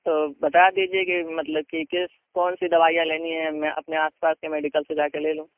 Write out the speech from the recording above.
تو بتا دیجیے کہ مطلب کہ کس کون سی دوائیاں لینی ہیں میں اپنے آس پاس کے میڈیکل سے جا کے لے لوں